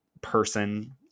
person